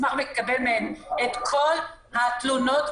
נשמח לקבל מהם את כל התלונות.